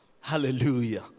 hallelujah